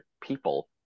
people